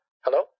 Hello